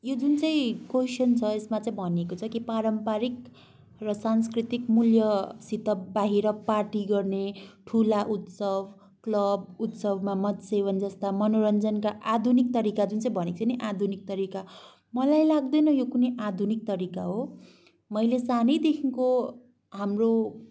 यो जुन चाहिँ क्वोइसन छ यसमा चाहिँ भनिएको छ कि पारम्परिक र सांस्कृतिक मूल्यसित बाहिर पार्टी गर्ने ठुला उत्सव क्लब उत्सवमा मदसेवन जस्ता मनोरञ्जनका आधुनिक तरिका जुन चाहिँ भनेको छ नि आधुनिक तरिका मलाई लाग्दैन यो कुनै आधुनिक तरिका हो मैले सानैदेखिको हाम्रो